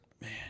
Man